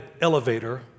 elevator